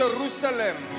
Jerusalem